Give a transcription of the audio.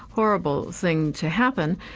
horrible thing to happen.